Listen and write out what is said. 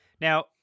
Now